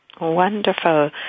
Wonderful